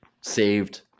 saved